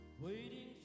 Waiting